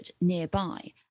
nearby